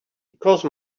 because